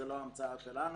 זאת לא המצאה שלנו,